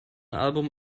album